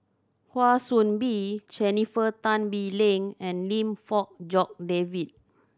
Kwa Soon Bee Jennifer Tan Bee Leng and Lim Fong Jock David